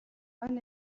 хонь